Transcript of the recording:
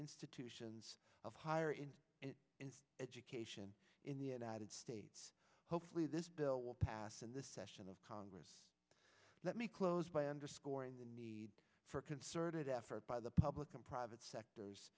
institutions of higher in education in the united states hopefully this bill will pass in this session of congress let me close by underscoring the need for a concerted effort by the public and private sectors